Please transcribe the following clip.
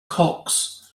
cox